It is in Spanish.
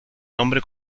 nombre